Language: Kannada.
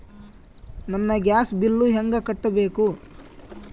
ನನ್ನ ಗ್ಯಾಸ್ ಬಿಲ್ಲು ಹೆಂಗ ಕಟ್ಟಬೇಕು?